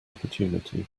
opportunity